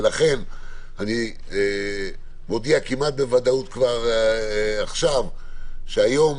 לכן אני מודיע כמעט בוודאות כבר עכשיו שהיום